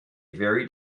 very